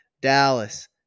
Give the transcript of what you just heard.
Dallas